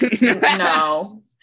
No